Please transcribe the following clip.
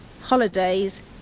holidays